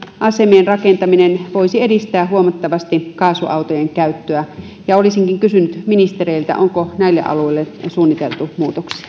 asemien rakentaminen voisi edistää huomattavasti kaasuautojen käyttöä olisinkin kysynyt ministereiltä onko näille alueille suunniteltu muutoksia